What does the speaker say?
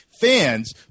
fans